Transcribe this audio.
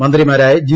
മന്ത്രിമാരായ ജി